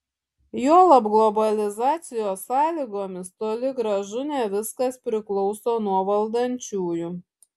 juolab globalizacijos sąlygomis toli gražu ne viskas priklauso nuo valdančiųjų